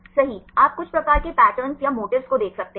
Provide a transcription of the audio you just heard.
सही आप कुछ प्रकार के पैटर्न या मोटिफ्स को देख सकते हैं